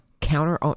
counter